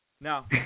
Now